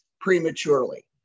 prematurely